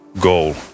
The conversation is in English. goal